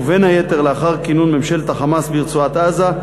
ובין היתר לאחר כינון ממשלת ה"חמאס" ברצועת-עזה,